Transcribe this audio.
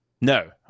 No